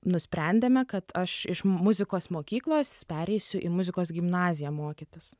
nusprendėme kad aš iš muzikos mokyklos pereisiu į muzikos gimnaziją mokytis